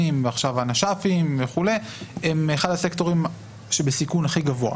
ועכשיו הנש"פים הם אחד הסקטורים שבסיכון הכי גבוה.